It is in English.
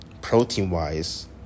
protein-wise